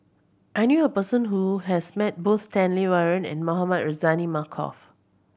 I knew a person who has met both Stanley Warren and Mohamed Rozani Maarof